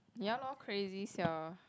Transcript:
ya lor crazy sia